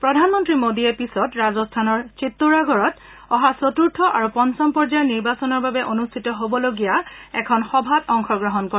প্ৰধানমন্ত্ৰী মোদীয়ে পিছত ৰাজস্থানৰ চিত্তোৰাগড়ত অহা চতুৰ্থ আৰু পঞ্চম পৰ্যায়ৰ নিৰ্বাচনৰ বাবে অনুষ্ঠিত এখন সভাত অংশগ্ৰহণ কৰে